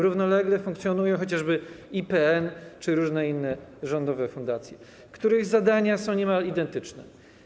Równolegle funkcjonuje chociażby IPN czy różne inne rządowe fundacje, których zadania są niemal identyczne.